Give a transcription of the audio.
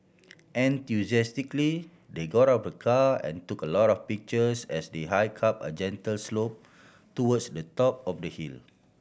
enthusiastically they got out of the car and took a lot of pictures as they hike up a gentle slope towards the top of the hill